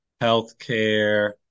healthcare